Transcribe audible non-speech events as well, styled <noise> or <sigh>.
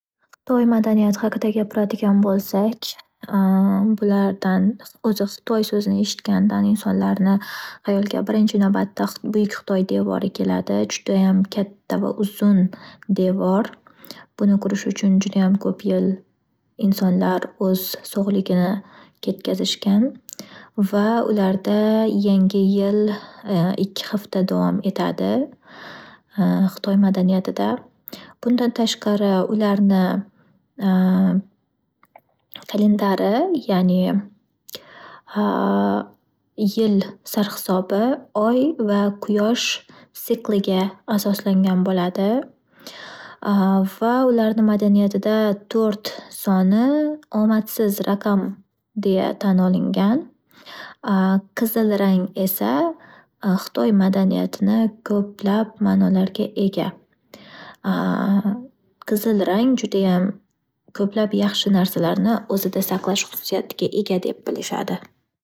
Xitoy madaniyati haqida gapiradigan bo’lsak. <hesitation> Bulardan o'zi xitoy sozini eshitgandan insonlarni hayoliga birinchi navbatda buyuk xitoy devori keladi. Judayam katta va uzun devor. Buni qurish uchun judayam kop yil insonlar o'z sog'ligini ketgazishgan va ularda yangi yil ikki hafta davom etadi xitoy madaniyatida. Bundan tashqari ularning kalendari yil sarhisobi oy va quyosh sikliga asoslangan bo’ladi va ularning madaniyatida to'rt soni- omadsiz raqam deya tan olingan, qizil rang esa xitoy madaniyatini ko'plab ma’nolariga ega. Qizil rang judayam yaxshi narsalarni o'zida saqlash hususiyatiga ega deb bilishadi.